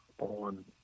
on